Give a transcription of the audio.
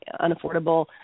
unaffordable